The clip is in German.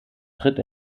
tritt